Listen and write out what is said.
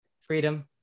freedom